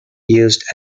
used